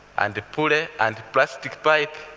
and a pulley, and plastic pipe,